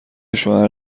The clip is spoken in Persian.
شوهر